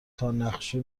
تانقشه